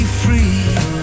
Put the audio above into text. free